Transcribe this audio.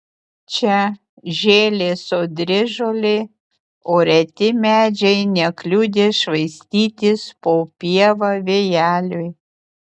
čia žėlė sodri žolė o reti medžiai nekliudė švaistytis po pievą vėjeliui